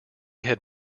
had